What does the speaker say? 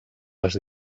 les